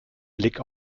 blick